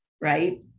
right